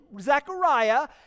Zechariah